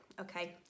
Okay